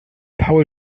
paul